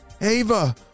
Ava